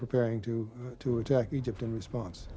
preparing to to attack egypt in response